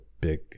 big